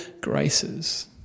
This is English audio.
graces